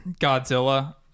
Godzilla